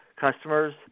customers